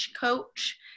coach